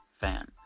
fan